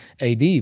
AD